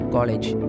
College